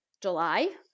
July